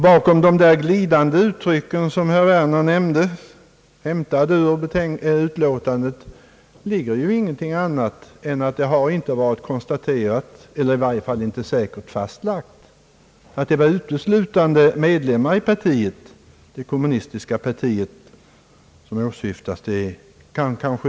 Bakom de glidande uttrycken, som herr Werner nämnde, hämtade ur utlåtandet, ligger inte annat än att det inte har konstaterats eller i varje fall säkert fastlagts att det var uteslutande medlemmar i det kommunistiska partiet som åsyftades.